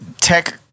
tech